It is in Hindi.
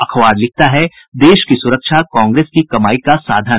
अखबार लिखता है देश की सुरक्षा कांग्रेस की कमाई का साधन